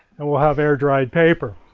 and we'll have air dried paper.